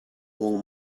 all